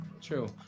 True